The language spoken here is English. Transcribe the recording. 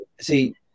See